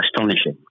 astonishing